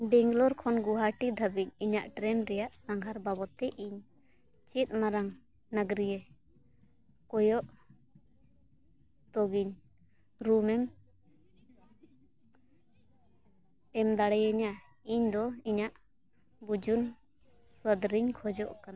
ᱵᱮᱝᱜᱟᱞᱳᱨ ᱠᱷᱚᱱ ᱜᱩᱦᱟᱴᱤ ᱫᱷᱟᱹᱵᱤᱡ ᱤᱧᱟᱹᱜ ᱨᱮᱭᱟᱜ ᱥᱟᱸᱜᱷᱟᱨ ᱵᱟᱵᱚᱫᱛᱮ ᱤᱧ ᱪᱮᱫ ᱢᱟᱨᱟᱝ ᱱᱚᱜᱨᱤᱭᱟᱹ ᱠᱚᱣᱟᱜ ᱛᱳᱜᱮ ᱮᱢ ᱮᱢ ᱫᱟᱲᱮᱟᱹᱧᱟ ᱤᱧᱫᱚ ᱤᱧᱟᱹᱜ ᱵᱩᱡᱩᱱ ᱥᱚᱫᱚᱨᱤᱧ ᱠᱷᱚᱡᱚᱜ ᱠᱟᱱᱟ